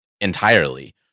entirely